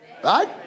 Right